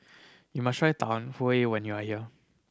you must try huay when you are here